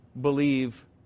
believe